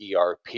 ERP